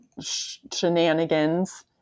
shenanigans